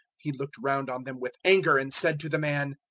he looked round on them with anger, and said to the man,